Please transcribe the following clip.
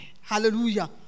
Hallelujah